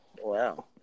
Wow